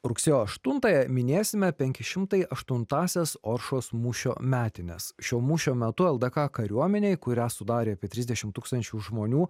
rugsėjo aštuntąją minėsime penki šimtai aštuntąsias oršos mūšio metines šio mūšio metu ldk kariuomenei kurią sudarė apie trisdešim tūkstančių žmonių